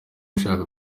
ishaka